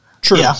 True